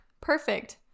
Perfect